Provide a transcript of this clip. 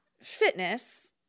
fitness